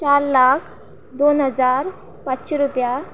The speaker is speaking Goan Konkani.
चार लाख दोन हजार पांचशीं रुपया